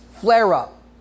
flare-up